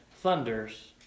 thunders